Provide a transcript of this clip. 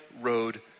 road